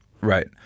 Right